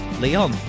Leon